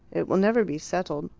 it will never be settled.